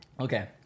Okay